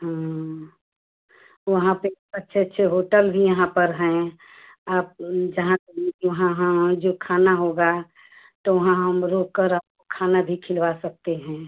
हाँ वहाँ पर अच्छे अच्छे होटल भी यहाँ पर हैं आप जहाँ कहेंगी वहाँ वहाँ जो खाना होगा तो वहाँ हम रोककर आपको खाना भी खिलवा सकते हैं